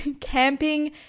camping